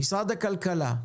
ממשרד הכלכלה,